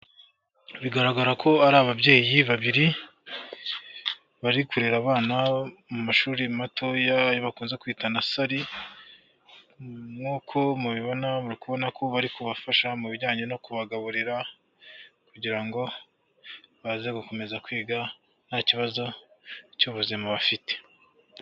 bigara ko ari ababyeyi babiri bari kurera abana mu mashuri matoya bakunze kwita nasari, nkuko mubibona muri kubona bari kubafasha mu bijyanye no kubagaburira kugira ngo baze gukomeza kwiga nta kibazo cy'ubuzima bafite.